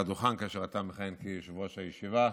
הדוכן כאשר אתה מכהן כיושב-ראש הישיבה